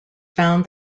found